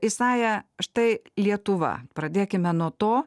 isaja štai lietuva pradėkime nuo to